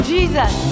Jesus